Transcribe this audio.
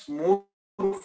more